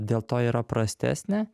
dėl to yra prastesnė